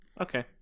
Okay